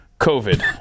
COVID